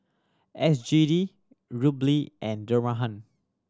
S G D Rubly and